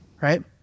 right